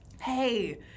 Hey